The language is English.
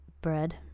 Bread